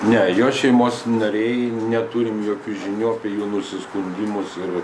ne jo šeimos nariai neturim jokių žinių apie jų nusiskundimus ir